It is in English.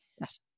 Yes